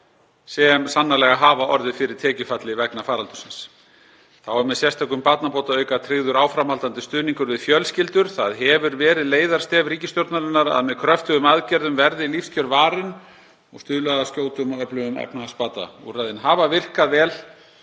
sem sannarlega hafa orðið fyrir tekjufalli vegna faraldursins. Þá er með sérstökum barnabótaauka tryggður áframhaldandi stuðningur við fjölskyldur. Það hefur verið leiðarstef ríkisstjórnarinnar að með kröftugum aðgerðum verði lífskjör varin og stuðlað að skjótum og öflugum efnahagsbata. Úrræðin hafa virkað vel.